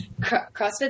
CrossFit